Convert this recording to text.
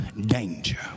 danger